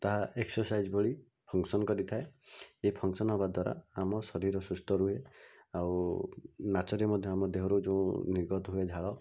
ତାହା ଏକ୍ସରସାଇଜ୍ ଭଳି ଫଙ୍କସନ୍ କରିଥାଏ ଏହି ଫଙ୍କସନ୍ ହେବା ଦ୍ଵାରା ଆମ ଶରୀର ସୁସ୍ଥ ରୁହେ ଆଉ ନାଚରେ ମଧ୍ୟ ଆମ ଦେହରୁ ଯେଉଁ ନିର୍ଗତ ହୁଏ ଝାଳ